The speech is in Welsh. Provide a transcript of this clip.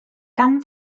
gan